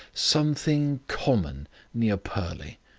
something common near purley.